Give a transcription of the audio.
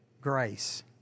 grace